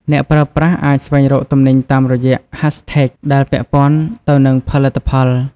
អ្នកប្រើប្រាស់អាចស្វែងរកទំនិញតាមរយៈ ហាស់ ថេក hashtags ដែលពាក់ព័ន្ធទៅនឹងផលិតផល។